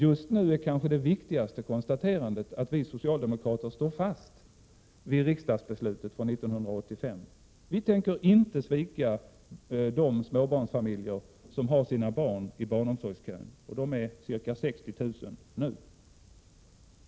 Just nu är kanske det viktigaste konstaterandet att vi socialdemokrater står fast vid riksdagsbeslutet från 1985. Vi tänker inte svika de småbarnsföräldrar som har sina barn i barnomsorgskön — de är nu ca 60 000.